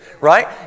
Right